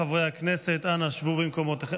חברי הכנסת, אנא שבו במקומותיכם.